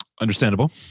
Understandable